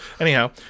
anyhow